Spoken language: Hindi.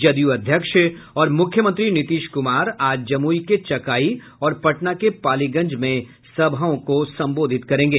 जदयू अध्यक्ष और मख्यमंत्री नीतीश कुमार ने आज जमुई के चकाई और पटना के पालीगंज में सभा को संबोधित करेंगे